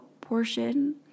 portion